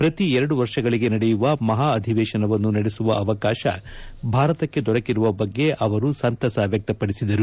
ಪ್ರತಿ ಎರದು ವರ್ಷಗಳಿಗೆ ನಡೆಯುವ ಮಹಾ ಅಧಿವೇಶನವನ್ನು ನಡೆಸುವ ಅವಕಾಶ ಭಾರತಕ್ಕೆ ದೊರಕಿರುವ ಬಗ್ಗೆ ಅವರು ಸಂತಸ ವ್ಯಕ್ತಪಡಿಸಿದರು